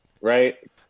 right